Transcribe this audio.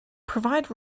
provided